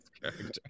character